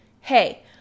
hey